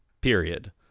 period